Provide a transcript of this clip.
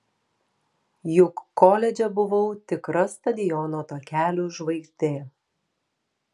juk koledže buvau tikra stadiono takelių žvaigždė